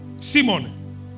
Simon